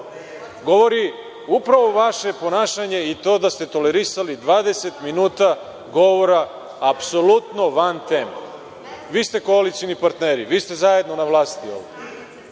govori upravo vaše ponašanje i to da ste tolerisali 20 minuta govora apsolutno van teme. Vi ste koalicioni partneri, vi ste zajedno na vlasti i